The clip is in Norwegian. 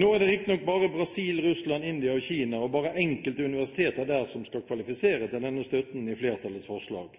Nå er det riktignok bare Brasil, Russland, India og Kina – og bare enkelte universiteter der – som skal kvalifisere til denne støtten i flertallets forslag.